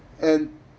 and